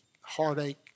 heartache